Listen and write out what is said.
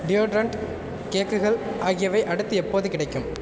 deodorant கேக்குகள் ஆகியவை அடுத்து எப்போது கிடைக்கும்